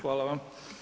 Hvala vam.